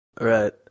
Right